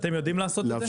אתם יודעים לעשות את זה?